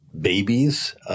babies